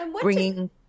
bringing